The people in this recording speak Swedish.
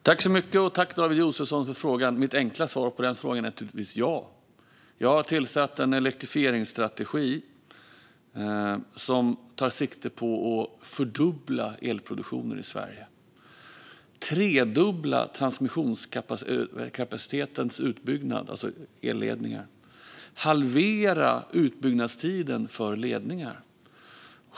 Fru talman! Tack, David Josefsson, för frågan! Mitt enkla svar är naturligtvis ja. Jag har tagit fram en elektrifieringsstrategi som tar sikte på att fördubbla elproduktionen i Sverige, tredubbla transmissionskapacitetens utbyggnad, alltså elledningar, och halvera utbyggnadstiden för ledningar.